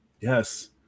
Yes